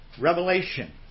Revelation